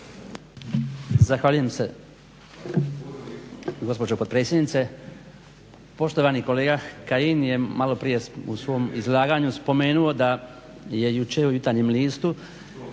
Zahvaljujem se gospođo potpredsjednice. Poštovani kolega Kajin je malo prije u svom izlaganju spomenuo da je jučer u Jutarnjem listu